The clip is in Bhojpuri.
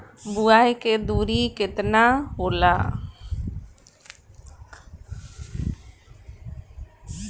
बुआई के दूरी केतना होला?